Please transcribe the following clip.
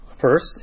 First